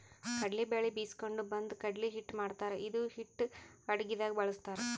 ಕಡ್ಲಿ ಬ್ಯಾಳಿ ಬೀಸ್ಕೊಂಡು ಬಂದು ಕಡ್ಲಿ ಹಿಟ್ಟ್ ಮಾಡ್ತಾರ್ ಇದು ಹಿಟ್ಟ್ ಅಡಗಿದಾಗ್ ಬಳಸ್ತಾರ್